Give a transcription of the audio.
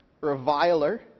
reviler